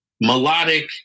melodic